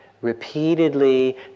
repeatedly